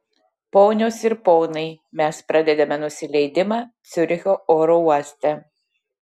ponios ir ponai mes pradedame nusileidimą ciuricho oro uoste